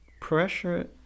Pressure